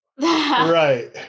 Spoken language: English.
right